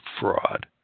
fraud